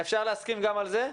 אפשר להסכים גם על זה?